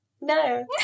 No